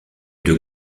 deux